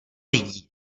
lidí